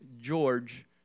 George